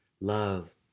love